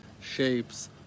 shapes